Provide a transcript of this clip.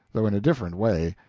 though in a different way,